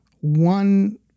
one